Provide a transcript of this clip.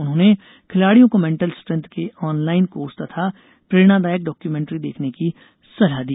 उन्होंने खिलाड़ियों को मेंटल स्ट्रेंथ के ऑनलाइन कोर्स तथा प्रेरणादायक डाक्यूमेंटरी देखने की सलाह दी